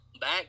back